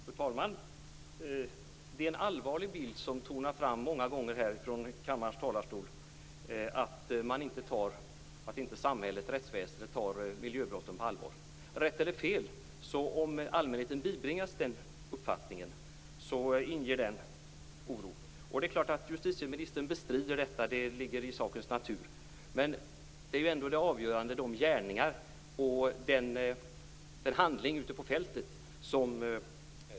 Fru talman! Det är en allvarlig bild som många gånger tonar fram från kammarens talarstol. Det är en bild av att samhället och rättsväsendet inte tar miljöbrotten på allvar. Rätt eller fel - om allmänheten bibringas den uppfattningen inger det oro. Det är klart att justitieministern bestrider detta, det ligger i sakens natur. Men det avgörande är ändå gärningarna och handlingarna ute på fältet.